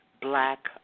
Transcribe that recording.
black